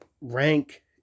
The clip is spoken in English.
rank